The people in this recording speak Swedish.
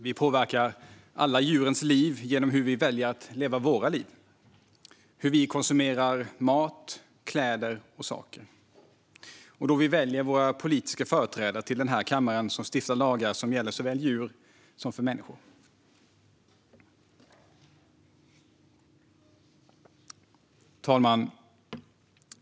Vi påverkar alla djurens liv genom hur vi väljer att leva våra liv, hur vi konsumerar mat, kläder och saker och när vi väljer våra politiska företrädare till den här kammaren, som stiftar lagar som gäller såväl djur som människor. Fru talman!